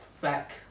back